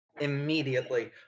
immediately